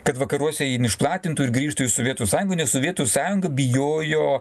kad vakaruose išplatintų ir grįžtų į sovietų sąjungą nes sovietų sąjunga bijojo